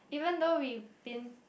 even though we been